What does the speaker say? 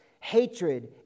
hatred